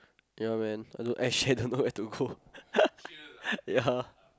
ya man I don't actually I don't know where to go ya